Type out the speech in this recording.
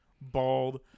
bald